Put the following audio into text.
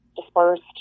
dispersed